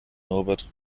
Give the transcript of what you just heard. norbert